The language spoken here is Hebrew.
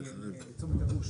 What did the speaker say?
מצומת הגוש,